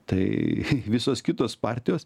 tai visos kitos partijos